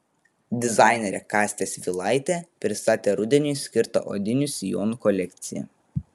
dizainerė kastė svilaitė pristatė rudeniui skirtą odinių sijonų kolekciją